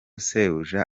sebuja